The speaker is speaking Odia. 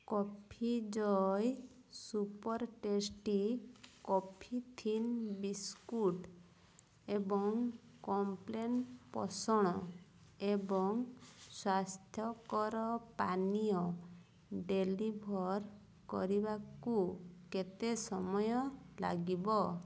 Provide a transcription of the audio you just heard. coffee joy super tasty coffee thin biscuit ଏବଂ କମ୍ପ୍ଲେନ୍ ପୋଷଣ ଏବଂ ସ୍ଵାସ୍ଥ୍ୟକର ପାନୀୟ ଡେଲିଭର୍ କରିବାକୁ କେତେ ସମୟ ଲାଗିବ